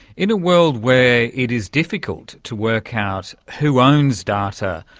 in a world where it is difficult to work out who owns data,